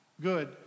good